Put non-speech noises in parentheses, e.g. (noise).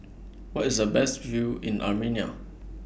(noise) Where IS The Best View in Armenia